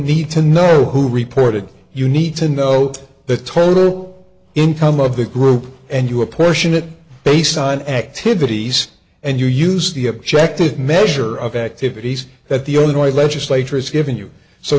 need to know who reported you need to know the total income of the group and you apportion it based on activities and you use the objective measure of activities that the only way legislature is given you so